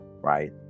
Right